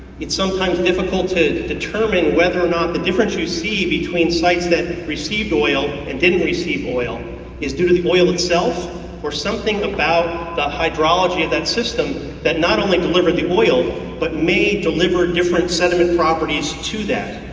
it's sometimes difficult to determine whether or not the difference you see between sites that receive oil and didn't receive oil is due to the oil itself or something about the hydrology of that system that not only delivered the oil, but may deliver different sediment properties to that.